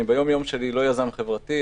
ביום-יום שלי אני לא יזם חברתי,